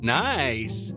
nice